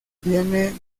viene